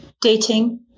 dating